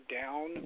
down